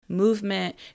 Movement